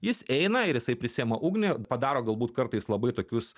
jis eina ir jisai prisiima ugnį padaro galbūt kartais labai tokius